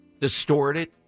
distorted